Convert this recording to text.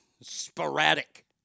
Sporadic